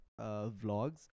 vlogs